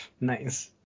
nice